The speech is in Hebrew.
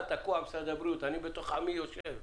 אתה תקוע בתוך משרד הבריאות, אני בתוך עמי יושב.